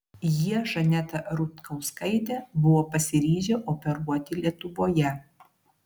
jie žanetą rutkauskaitę buvo pasiryžę operuoti lietuvoje